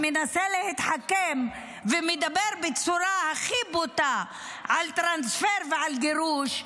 שמנסה להתחכם ומדבר בצורה הכי בוטה על טרנספר ועל גירוש,